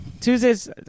Tuesdays